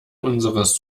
unseres